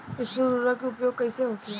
स्फुर उर्वरक के उपयोग कईसे होखेला?